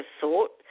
thought